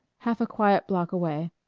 half a quiet block away,